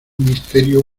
misterio